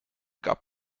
gab